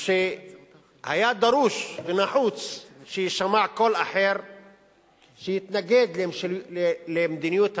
כשהיה דרוש ונחוץ שיישמע קול אחר שיתנגד למדיניות הממשלה,